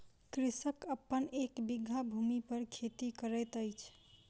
कृषक अपन एक बीघा भूमि पर खेती करैत अछि